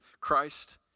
Christ